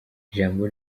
ijambo